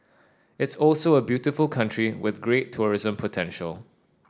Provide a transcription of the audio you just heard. it's also a beautiful country with great tourism potential